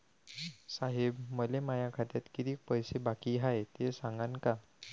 साहेब, मले माया खात्यात कितीक पैसे बाकी हाय, ते सांगान का?